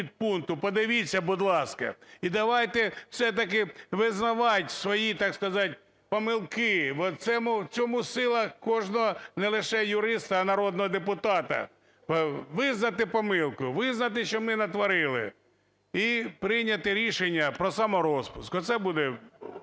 підпункту, подивіться, будь ласка. І давайте все-таки визнавати свої, так сказати, помилки. Бо в тому сила кожного не лише юриста, а народного депутата. Визнати помилку, визнати, що ми натворили, і прийняти рішення про саморозпуск. Оце буде